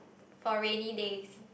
for rainy days